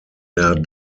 der